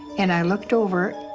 and i looked over.